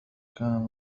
كان